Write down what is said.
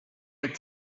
would